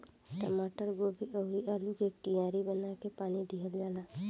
टमाटर, गोभी अउरी आलू के कियारी बना के पानी दिहल जाला